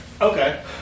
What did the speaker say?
okay